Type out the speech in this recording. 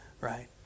right